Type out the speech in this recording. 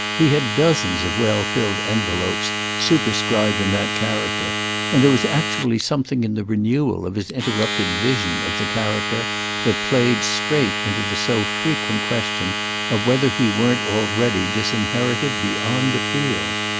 he had dozens of well-filled envelopes superscribed in that character and there was actually something in the renewal of his interrupted vision of the character that played straight into the so frequent question of whether he weren't already disinherited beyond appeal.